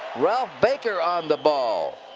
ralph baker on the ball.